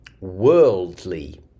worldly